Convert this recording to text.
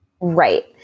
right